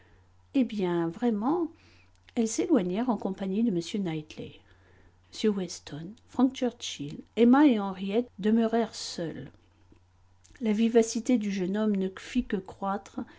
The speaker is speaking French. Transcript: eh bien vraiment elles s'éloignèrent en compagnie de m knightley m weston frank churchill emma et henriette demeurèrent seuls la vivacité du jeune homme ne fit que croître